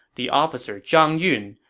the officer zhang yun,